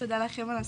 תודה לכם על הזכות.